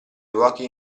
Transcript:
luoghi